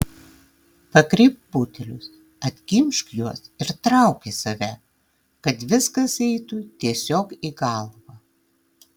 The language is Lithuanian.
pakreipk butelius atkimšk juos ir trauk į save kad viskas eitų tiesiog į galvą